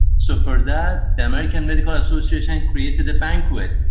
so for that, the american medical association and created a banquet,